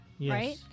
right